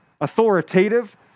authoritative